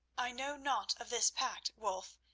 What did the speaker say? i know naught of this pact, wulf,